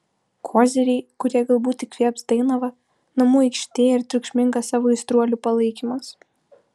koziriai kurie galbūt įkvėps dainavą namų aikštė ir triukšmingas savų aistruolių palaikymas